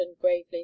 gravely